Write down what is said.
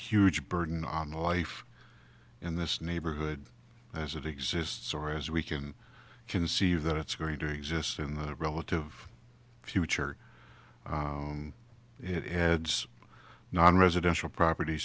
huge burden on the life in this neighborhood as it exists or as we can conceive that it's going to exist in the relative future it heads nonresidential propert